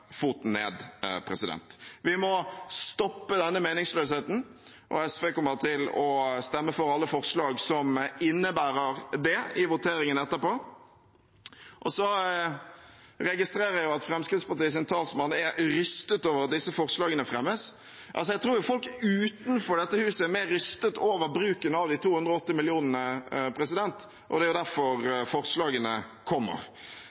foten ned. Vi må stoppe denne meningsløsheten, og SV kommer til å stemme for alle forslag som innebærer det, i voteringen etterpå. Så registrerer jeg at Fremskrittspartiets talsmann er rystet over at disse forslagene fremmes. Jeg tror folk utenfor dette huset er mer rystet over bruken av de 280 millionene, og det er derfor forslagene kommer.